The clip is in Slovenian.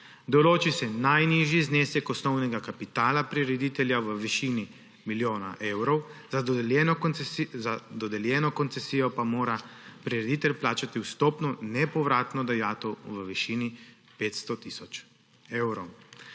Določi se najnižji znesek osnovnega kapitala prireditelja v višini milijona evrov, za dodeljeno koncesijo pa mora prireditelj plačati vstopno nepovratno dajatev v višini 500 tisoč evrov.